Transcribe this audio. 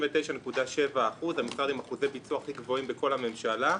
הוא 99.7%. המשרד עם אחוזי הביצוע הכי גבוהים בכל הממשלה.